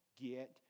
get